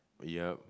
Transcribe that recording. yep